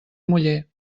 muller